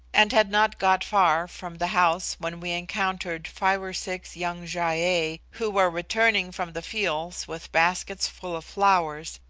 and had not got far from the house when we encountered five or six young gy-ei, who were returning from the fields with baskets full of flowers,